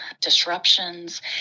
disruptions